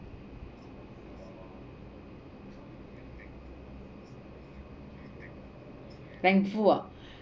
thankful ah